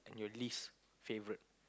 and your least favourite